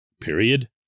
period